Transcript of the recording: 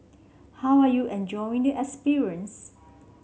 how are you enjoying the experience